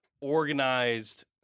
organized